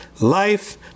life